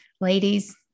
ladies